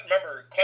remember